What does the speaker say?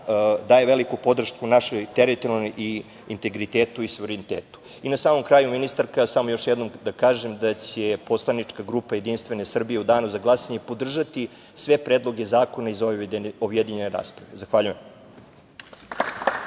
daje veliku podršku našoj teritorijalnom integritetu i suverenitetu. Na samom kraju, ministarka, samo još jednom da kažem da će poslanička grupa JS u danu za glasanje podržati sve predloge zakona iz ove objedinjene rasprave. Zahvaljujem.